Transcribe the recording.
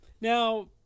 Now